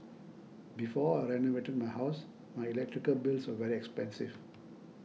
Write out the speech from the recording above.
before I renovated my house my electrical bills were very expensive